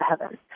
heaven